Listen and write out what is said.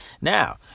Now